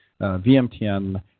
VMTN